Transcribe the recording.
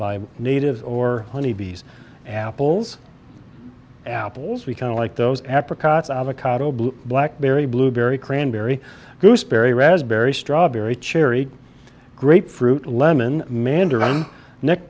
by native or honey bees apples apples we kind of like those apricots avocado blue black berry blueberry cranberry gooseberry raspberry strawberry cherry grape fruit lemon mandarin n